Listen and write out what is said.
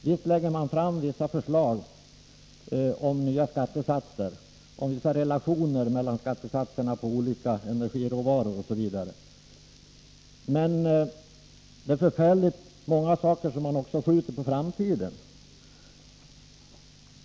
Visst lägger man fram förslag till vissa relationer mellan skattesatserna på olika energiråvaror osv., men det är också många saker som man skjuter på framtiden.